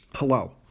Hello